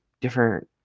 different